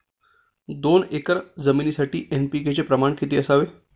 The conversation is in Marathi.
दोन एकर जमीनीसाठी एन.पी.के चे प्रमाण किती असावे?